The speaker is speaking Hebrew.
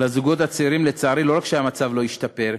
לזוגות הצעירים, לצערי, לא רק שהמצב לא ישתפר,